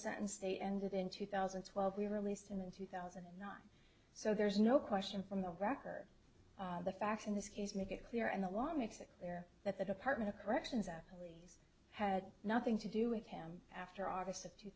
sentence the end of in two thousand and twelve we released him in two thousand so there's no question from the record the facts in this case make it clear and the law makes it clear that the department of corrections at least had nothing to do with him after august of two